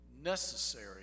necessary